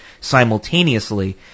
simultaneously